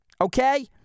Okay